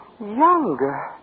Younger